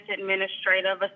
administrative